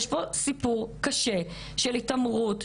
יש פה סיפור קשה של התעמרות,